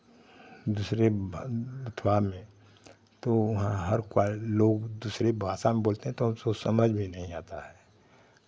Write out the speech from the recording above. दूसरे अथवा में तो वहाँ हर लोग दूसरे भाषा में बोलते हैं तो हम सो समझ भी नहीं आता है